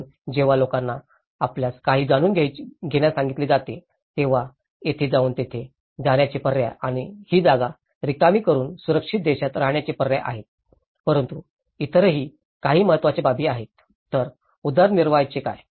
म्हणून जेव्हा लोकांना आपल्यास काही जाणून घेण्यास सांगितले जाते तेव्हा तेथे जाऊन तेथे जाण्याचे पर्याय आणि ही जागा रिकामी करुन सुरक्षित देशात राहण्याचे पर्याय आहेत परंतु इतरही काही महत्त्वाचे बाबी आहेत तर उदरनिर्वाहाचे काय